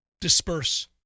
disperse